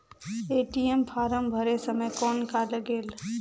ATM फारम भरे समय कौन का लगेल?